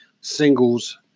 singles